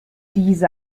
diese